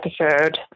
episode